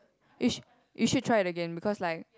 you should you should try it again because like